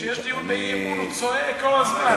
כשיש דיון באי-אמון הוא צועק כל הזמן,